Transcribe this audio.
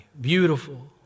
beautiful